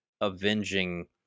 avenging